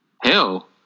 hell